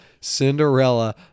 Cinderella